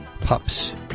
pups